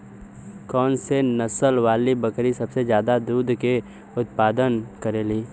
कौन से नसल वाली बकरी सबसे ज्यादा दूध क उतपादन करेली?